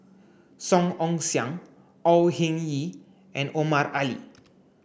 Song Ong Siang Au Hing Yee and Omar Ali